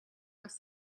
into